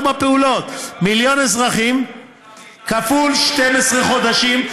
ארבע פעולות: מיליון אזרחים כפול 12 חודשים,